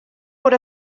bod